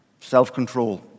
Self-control